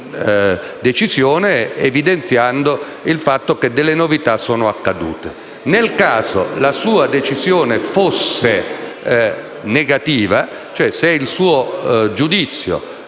sua decisione, evidenziando il fatto che delle novità sono accadute. Nel caso la sua decisione fosse negativa, ossia se il suo giudizio,